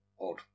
odd